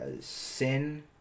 Sin